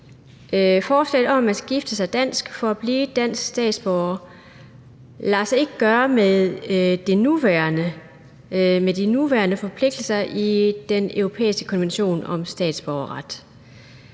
Forslaget om, at man skal gifte sig dansk for at blive dansk statsborger, lader sig ikke gøre med de nuværende forpligtelser i den europæiske konvention om statsborgerret.